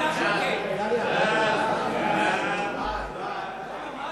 ההצעה להעביר את הצעת חוק לתיקון פקודת